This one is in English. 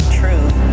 truth